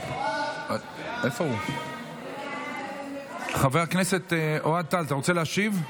חבר הכנסת אוהד טל, אתה רוצה להשיב?